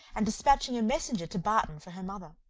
and despatching a messenger to barton for her mother.